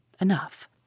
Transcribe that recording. Enough